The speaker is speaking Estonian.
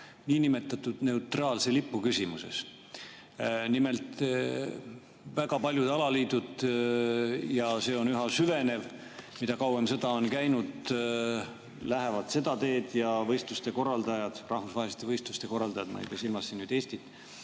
niinimetatud neutraalse lipu küsimuses? Nimelt, väga paljud alaliidud – ja see on üha süvenev, mida kauem sõda on käinud – lähevad seda teed, et võistluste korraldajad – rahvusvaheliste võistluste korraldajad, ma ei pea silmas siin Eestit